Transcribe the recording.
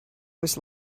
was